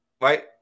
Right